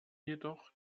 jedoch